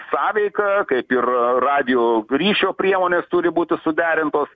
sąveiką kaip ir radijo ryšio priemonės turi būti suderintos